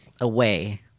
away